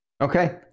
Okay